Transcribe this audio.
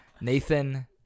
Nathan